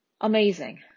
Amazing